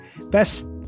best